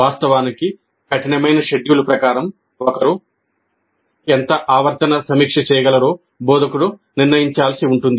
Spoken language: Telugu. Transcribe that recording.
వాస్తవానికి కఠినమైన షెడ్యూల్ ప్రకారం ఒకరు ఎంత ఆవర్తన సమీక్ష చేయగలరో బోధకుడు నిర్ణయించాల్సి ఉంటుంది